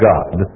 God